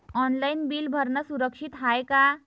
Online bill भरनं सुरक्षित हाय का?